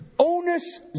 onus